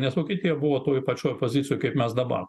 nes mokyt jie buvo toj pačioj pozicijoj kaip mes dabar